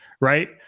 right